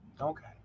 Okay